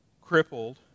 crippled